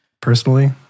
Personally